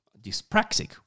dyspraxic